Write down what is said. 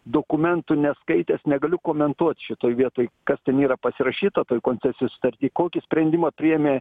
dokumentų neskaitęs negaliu komentuot šitoj vietoj kas ten yra pasirašyta toj koncesijos sutarty kokį sprendimą priėmė